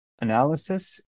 analysis